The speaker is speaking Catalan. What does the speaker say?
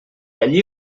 allí